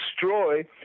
destroy